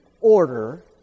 order